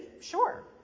sure